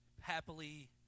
happily